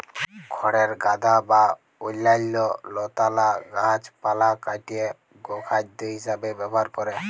খড়ের গাদা বা অইল্যাল্য লতালা গাহাচপালহা কাইটে গখাইদ্য হিঁসাবে ব্যাভার ক্যরে